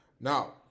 Now